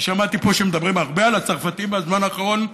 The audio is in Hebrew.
אני שמעתי פה שמדברים הרבה על הצרפתים בזמן האחרון,